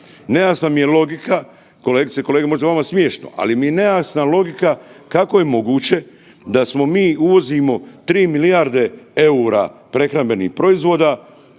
nejasna mi je logika, kolegice i kolege možda je vama smiješno, ali mi je nejasna logika kako je moguće da smo mi uvozimo 3 milijarde EUR-a prehrambenih proizvoda,